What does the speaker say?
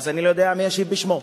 אז אני לא יודע מי ישיב בשמו.